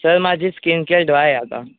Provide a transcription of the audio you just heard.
sir माझी skincare dry आहे आता